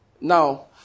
Now